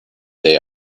they